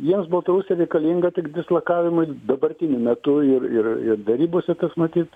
jiems baltarusija reikalinga tik dislokavimui dabartiniu metu ir ir ir derybose matyt